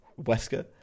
Wesker